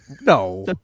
No